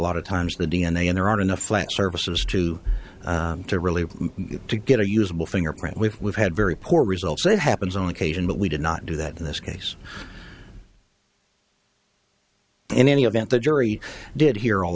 lot of times the d n a and there are enough flat surfaces to to really to get a usable fingerprint with we've had very poor results it happens on occasion but we did not do that in this case in any event the jury did hear all